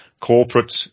corporate